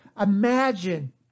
imagine